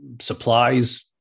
supplies